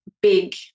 big